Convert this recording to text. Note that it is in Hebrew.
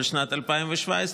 בשנת 2017,